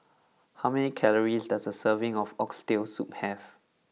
how many calories does a serving of Oxtail Soup have